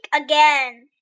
again